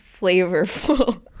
flavorful